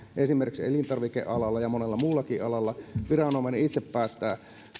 esimerkiksi elintarvikealalla ja monella muullakin alalla viranomainen itse päättää